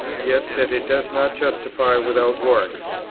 yet that it does not justify without works,